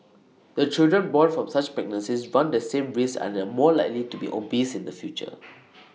the children born from such pregnancies run the same risk and are more likely to be obese in the future